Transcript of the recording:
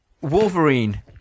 Wolverine